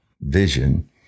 vision